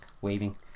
waving